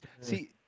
see